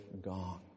gone